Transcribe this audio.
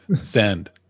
Send